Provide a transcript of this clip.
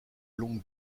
long